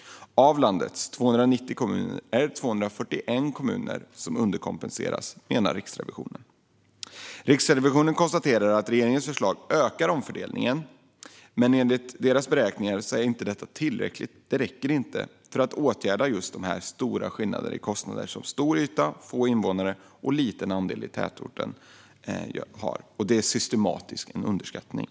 Av landets 290 kommuner är 241 underkompenserade, menar Riksrevisionen. Riksrevisionen konstaterar att regeringens förslag ökar omfördelningen, men enligt deras beräkningar är detta inte tillräckligt för att åtgärda de stora skillnader i kostnader som stor yta, få invånare och liten andel i tätort ger upphov till. Det rör sig om en systematisk underskattning.